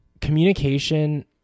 communication